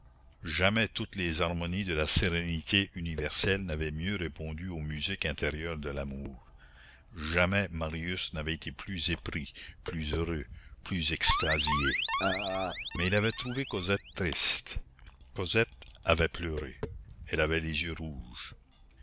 jamais toutes les harmonies de la sérénité universelle n'avaient mieux répondu aux musiques intérieures de l'amour jamais marius n'avait été plus épris plus heureux plus extasié mais il avait trouvé cosette triste cosette avait pleuré elle avait les yeux rouges